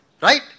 right